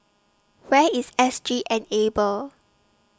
Where IS S G Enable